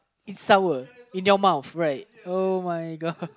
it's sour in your mouth right oh-my-god